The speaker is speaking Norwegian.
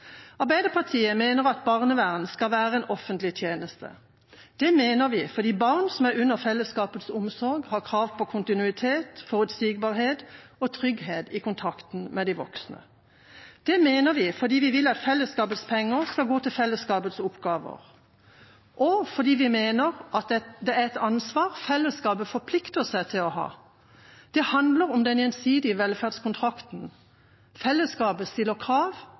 Arbeiderpartiet mener at barnevern skal være en offentlig tjeneste. Det mener vi fordi barn som er under fellesskapets omsorg, har krav på kontinuitet, forutsigbarhet og trygghet i kontakten med de voksne. Det mener vi fordi vi vil at fellesskapets penger skal gå til fellesskapets oppgaver, og fordi vi mener det er et ansvar fellesskapet forplikter seg til å ha. Det handler om den gjensidige velferdskontrakten: Fellesskapet stiller krav,